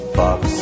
box